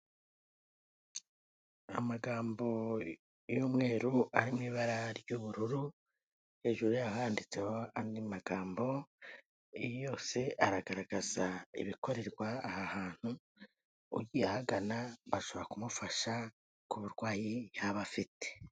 Amagambo y'umweru ari mu ibara ry'ubururu hejuru yaho handitseho andi magambo yose aragaragaza ibikorerwa aha hantu, ugiye ahagana bashobora kumufasha ku burwayi yaba afite.